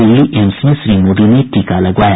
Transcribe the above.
Delhi AIIMS में श्री मोदी ने टीका लगवाया